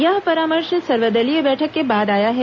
यह परामर्श सर्वदलीय बैठक के बाद आया है